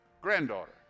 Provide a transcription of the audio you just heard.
granddaughter